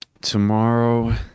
tomorrow